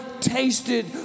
tasted